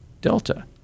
Delta